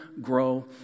grow